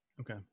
okay